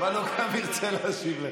אבל הוא גם ירצה להשיב לך.